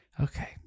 Okay